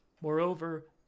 Moreover